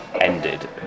ended